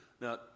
Now